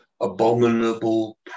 abominable